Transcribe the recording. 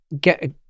get